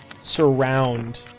surround